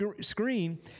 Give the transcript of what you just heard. screen